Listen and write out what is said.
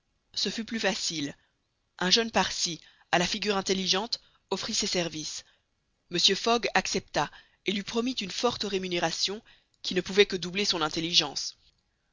ce fut plus facile un jeune parsi à la figure intelligente offrit ses services mr fogg accepta et lui promit une forte rémunération qui ne pouvait que doubler son intelligence